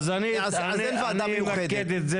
אני עושה לך עבודה כדי לצאת